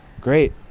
great